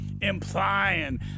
implying